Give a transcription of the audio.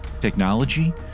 Technology